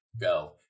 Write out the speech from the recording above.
go